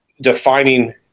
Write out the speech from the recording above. defining